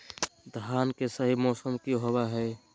धान के सही मौसम की होवय हैय?